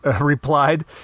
replied